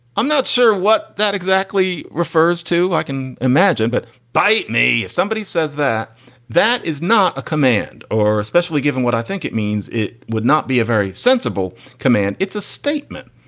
i'm not sure what that exactly refers to. i can imagine. but bite me if somebody says that that is not a command or especially given what i think it means. it would not be a very sensible command. it's a statement.